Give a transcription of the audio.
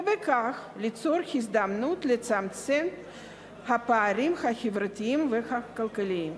ובכך ליצור הזדמנות לצמצום הפערים החברתיים והכלכליים".